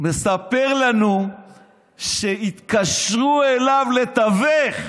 מספר לנו שהתקשרו אליו לתווך.